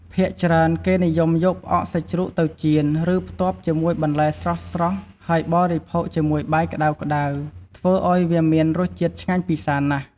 ភាគច្រើន គេនិយមយកផ្អកសាច់ជ្រូកទៅចៀន និងផ្ទាប់ជាមួយបន្លែស្រស់ៗ ហើយបរិភោគជាមួយបាយក្ដៅៗ ធ្វើឱ្យវាមានរសជាតិឆ្ងាញ់ពិសាណាស់។